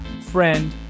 friend